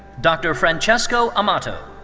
dr. francesco amato.